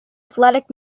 athletic